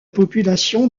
population